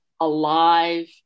alive